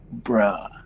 Bruh